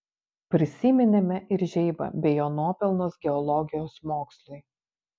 prisiminėme ir žeibą bei jo nuopelnus geologijos mokslui